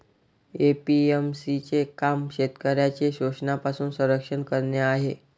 APMC चे काम शेतकऱ्यांचे शोषणापासून संरक्षण करणे आहे